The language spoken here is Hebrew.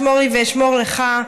שמור לי ואשמור לי ואשמור לך,